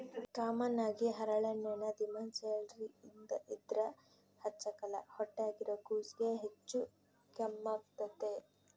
common ಆಗಿ ಹರಳೆಣ್ಣೆನ ದಿಮೆಂಳ್ಸೇರ್ ಇದ್ರ ಹಚ್ಚಕ್ಕಲ್ಲ ಹೊಟ್ಯಾಗಿರೋ ಕೂಸ್ಗೆ ಹೆಚ್ಚು ಕಮ್ಮೆಗ್ತತೆ